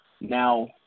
Now